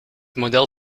model